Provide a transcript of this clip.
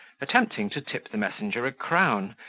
attempting to tip the messenger a crown,